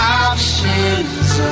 options